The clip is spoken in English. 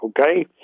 okay